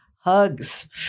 hugs